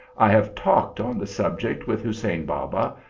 i have talked on the subject with hussein baba,